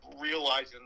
realizing